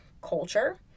culture